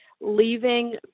leaving